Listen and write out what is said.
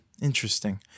interesting